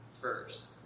first